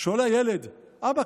שואל הילד: אבא,